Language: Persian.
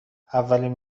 اولین